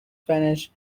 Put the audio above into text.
spanish